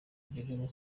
ugire